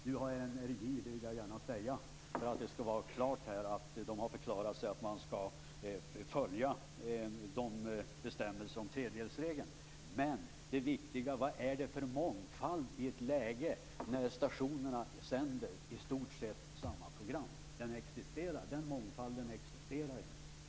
Nu har NRJ - det vill jag gärna säga för att allt skall vara klart - förklarat att man skall följa tredjedelsreglen. Men det viktiga är: Vad är det för mångfald när stationerna sänder i stort sett samma program? Den mångfalden existerar inte.